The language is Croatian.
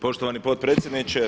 Poštovani potpredsjedniče.